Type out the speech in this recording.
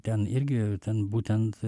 ten irgi ten būtent